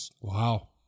Wow